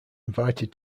invited